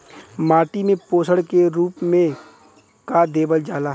माटी में पोषण के रूप में का देवल जाला?